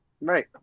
right